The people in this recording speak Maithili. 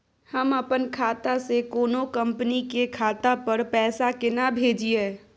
हम अपन खाता से कोनो कंपनी के खाता पर पैसा केना भेजिए?